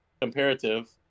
comparative